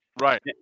Right